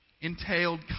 entailed